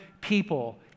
people